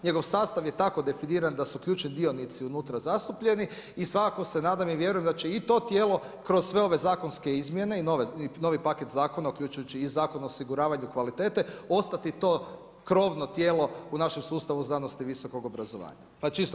Njegov sastav je tako definiran da su ključni dionici unutra zastupljeni i svakako se nadam i vjerujem da će i to tijelo kroz sve ove zakonske izmjene i novi paket zakona uključujući i Zakon o osiguravanju kvalitete ostati to krovno tijelo u našem sustavu znanosti i visokog obrazovanja, pa čisto da se i ono spomene.